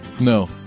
No